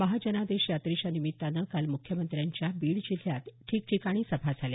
महाजनादेश यात्रेच्या निमित्तानं काल मुख्यमंत्र्यांच्या बीड जिल्ह्यात ठिकठिकाणी सभा झाल्या